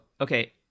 Okay